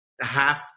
half